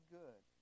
good